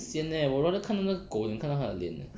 很 sian eh 我 rather 看那个狗 than 看到他的脸 eh